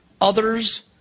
Others